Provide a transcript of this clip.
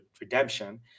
redemption